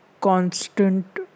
constant